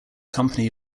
company